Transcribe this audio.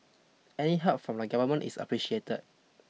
any help from the Government is appreciated